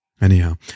Anyhow